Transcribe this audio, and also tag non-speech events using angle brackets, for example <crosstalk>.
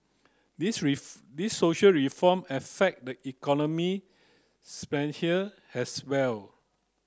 these <unintelligible> these social reform affect the economy <unintelligible> as well